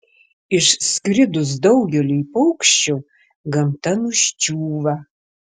išskridus daugeliui paukščių gamta nuščiūva